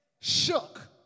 Shook